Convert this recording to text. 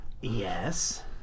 Yes